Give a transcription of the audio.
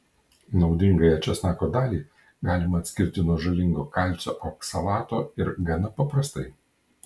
naudingąją česnako dalį galima atskirti nuo žalingo kalcio oksalato ir gana paprastai